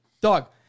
Dog